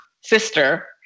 sister